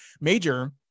major